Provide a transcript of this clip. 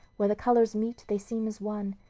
where the colors meet they seem as one,